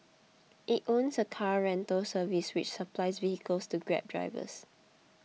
it owns a car rental service which supplies vehicles to grab drivers